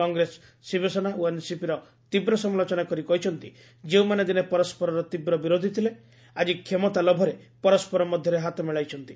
କଂଗ୍ରେସ ଶିବସେନା ଓ ଏନ୍ସିପିର ତୀବ୍ର ସମାଲୋଚନା କରି କହିଛନ୍ତି ଯେଉଁମାନେ ଦିନେ ପରସ୍କରର ତୀବ୍ର ବିରୋଧି ଥିଲେ ଆକି କ୍ଷମତା ଲୋଭରେ ପରସ୍କର ମଧ୍ୟରେ ହାତ ମିଳାଇଛନ୍ତି